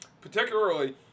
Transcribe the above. Particularly